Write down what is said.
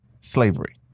slavery